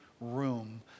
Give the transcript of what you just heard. room